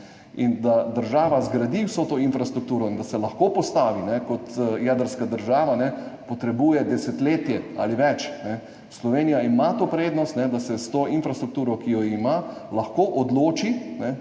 Da država zgradi vso to infrastrukturo in da se lahko postavi kot jedrska država, potrebuje desetletje ali več. Slovenija ima to prednost, da se s to infrastrukturo, ki jo ima, lahko odloči,